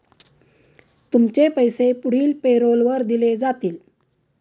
तुमचे पैसे पुढील पॅरोलवर दिले जातील